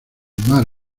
mar